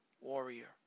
Warrior